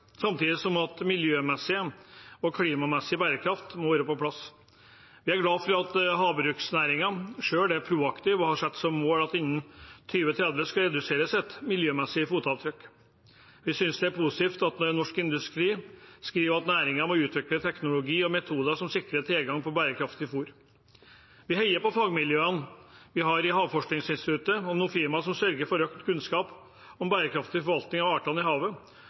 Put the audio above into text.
samtidig som miljø- og klimamessig bærekraft må være på plass. Vi er glad for at havbruksnæringen selv er proaktiv og har satt som mål at den skal redusere sitt miljømessige fotavtrykk innen 2030. Vi synes det er positivt at norsk industri skriver at næringen må utvikle teknologi og metoder som sikrer tilgang på bærekraftig fôr. Vi heier på fagmiljøene vi har i Havforskningsinstituttet og Nofima, som sørger for økt kunnskap om bærekraftig forvaltning av artene i havet